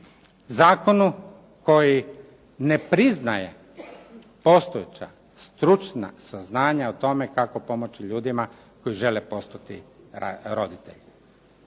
zakonu koji ne priznaje postojeća stručna saznanja o tome kako pomoći ljudima koji žele postati roditelji.